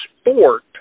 sport